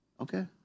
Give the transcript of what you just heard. Okay